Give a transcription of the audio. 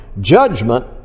Judgment